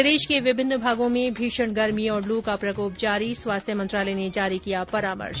प्रदेश के विभिन्न भागों में भीषण गर्मी और लू का प्रकोप जारी स्वास्थ्य मंत्रालय ने जारी किया परामर्श